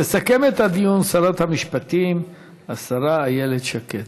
תסכם את הדיון שרת המשפטים איילת שקד.